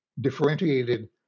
differentiated